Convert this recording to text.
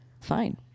fine